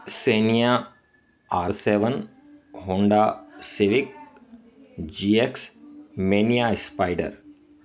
semiya all seven Honda Civic G X mania spider